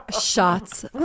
shots